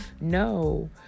No